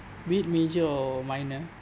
be it major or minor